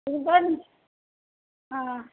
இது போதும் ஆ ஆ